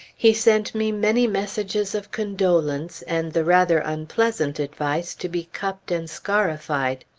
he sent me many messages of condolence, and the rather unpleasant advice to be cupped and scarified.